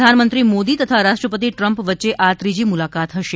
પ્રધાનમંત્રી મોદી તથા રાષ્ટ્રપતિ ટ્રમ્પ વચ્ચે આ ત્રીજી મુલાકાત હશે